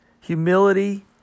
Humility